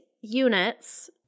units